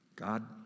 God